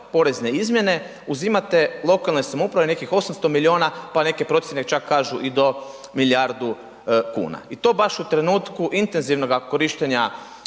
porezne izmjene uzimate lokalnoj samoupravi nekih 800 milijuna, pa neke procijene čak kažu i do milijardu kuna i to baš u trenutku intenzivnoga korištenja,